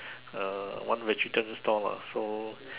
uh one vegetarian stall lah so